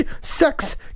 sex